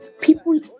people